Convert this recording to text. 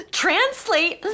translate